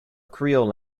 creole